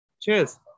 cheers